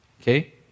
Okay